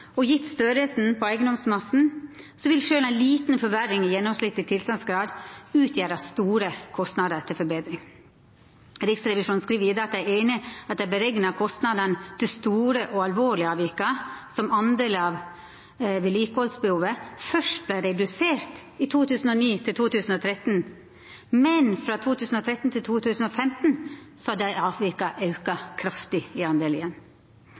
og gitt størrelsen på eiendomsmassen vil selv en liten forverring i gjennomsnittlig tilstandsgrad utgjøre store kostnader til forbedring.» Riksrevisjonen skriv vidare at dei er «er enig i at de beregnede kostnadene til de store og alvorlige avvikene som andel av det totale vedlikeholdsbehovet, ble redusert i perioden 2009–2013. Fra 2013 til 2015 har imidlertid disse avvikene økt kraftig i